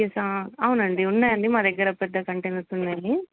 yes అవునండి ఉన్నాయండి మా దగ్గర పెద్ద కంటైనర్స్ ఉన్నాయి